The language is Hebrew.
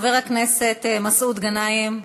חבר הכנסת מסעוד גנאים,